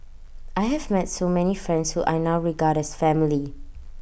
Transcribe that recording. I have met so many friends who I now regard as family